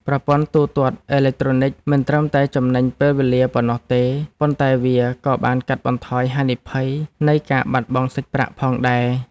ប្រព័ន្ធទូទាត់អេឡិចត្រូនិកមិនត្រឹមតែចំណេញពេលវេលាប៉ុណ្ណោះទេ ប៉ុន្តែវាក៏បានកាត់បន្ថយហានិភ័យនៃការបាត់បង់សាច់ប្រាក់ផងដែរ។